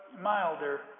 milder